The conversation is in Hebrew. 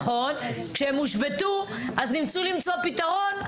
כשהם הושבתו ניסו למצוא פתרון,